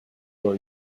dans